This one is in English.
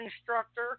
instructor